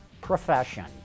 profession